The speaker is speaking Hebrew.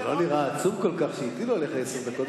אתה לא נראה עצוב כל כך שהטילו עליך עשר דקות.